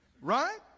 Right